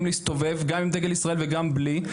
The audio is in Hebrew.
להסתובב גם עם דגל ישראל וגם בלי.